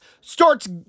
starts